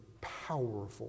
powerful